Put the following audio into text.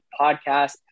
podcast